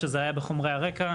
שזה היה בחומרי הרקע,